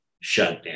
shutdown